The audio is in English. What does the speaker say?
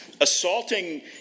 Assaulting